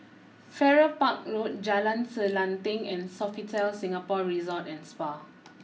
Farrer Park Road Jalan Selanting and Sofitel Singapore Resort and Spa